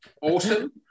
Awesome